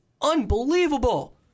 unbelievable